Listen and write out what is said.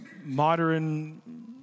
modern